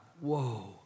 whoa